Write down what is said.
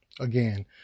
Again